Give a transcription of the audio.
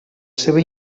seva